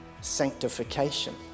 sanctification